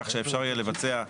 כן שאפשר יהיה לבצע,